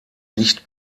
nicht